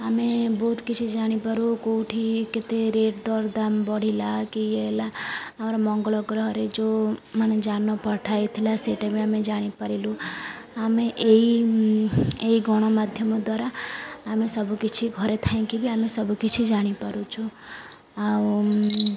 ଆମେ ବହୁତ କିଛି ଜାଣିପାରୁ କେଉଁଠି କେତେ ରେଟ୍ ଦରଦାମ୍ ବଢ଼ିଲା କି ହେଲା ଆମର ମଙ୍ଗଳ ଗ୍ରହରେ ଯେଉଁମାନେ ଯାନ ପଠା ହୋଇଥିଲା ସେଇଟା ବି ଆମେ ଜାଣିପାରିଲୁ ଆମେ ଏଇ ଏଇ ଗଣମାଧ୍ୟମ ଦ୍ୱାରା ଆମେ ସବୁକିଛି ଘରେ ଥାଇକି ବି ଆମେ ସବୁକିଛି ଜାଣିପାରୁଛୁ ଆଉ